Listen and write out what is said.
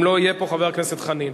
אם לא יהיה פה, חבר הכנסת חנין.